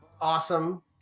Awesome